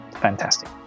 Fantastic